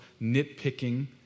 nitpicking